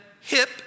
hip